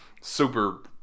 super